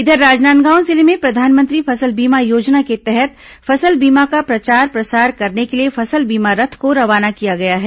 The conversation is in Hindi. इधर राजनादगांव जिले में प्रधानमंत्री फसल बीमा योजना के तहत फसल बीमा का प्रचार प्रसार करने के लिए फसल बीमा रथ को रवाना किया गया है